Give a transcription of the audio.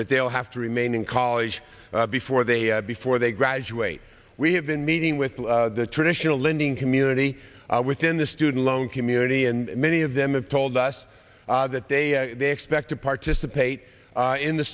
that they'll have to remain in college before they before they graduate we have been meeting with the traditional lending community within the student loan community and many of them have told us that they expect to participate in the